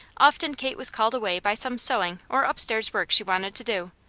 often kate was called away by some sewing or upstairs work she wanted to do,